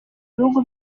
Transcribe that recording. bihugu